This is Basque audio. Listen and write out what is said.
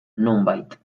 nonbait